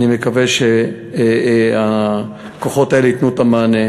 אני מקווה שהכוחות האלה ייתנו את המענה.